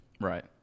Right